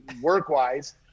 work-wise